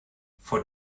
vor